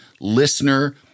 listener